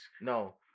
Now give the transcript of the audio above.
No